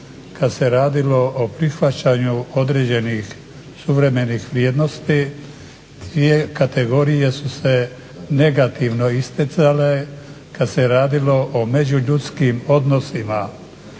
kad se radilo o prihvaćanju određenih suvremenih vrijednost. Dvije kategorije su se negativno isticale kad se je radilo o međuljudskih odnosima.